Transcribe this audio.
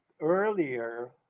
earlier